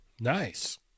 Nice